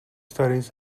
studies